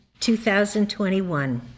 2021